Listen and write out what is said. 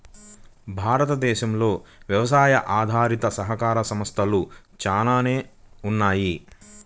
భారతదేశంలో వ్యవసాయ ఆధారిత సహకార సంస్థలు చాలానే ఉన్నాయి